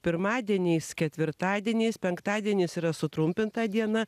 pirmadieniais ketvirtadieniais penktadienis yra sutrumpinta diena